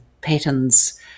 patterns